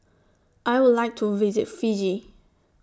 I Would like to visit Fiji